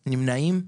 נמנעים?